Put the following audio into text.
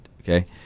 Okay